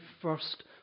first